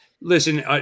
listen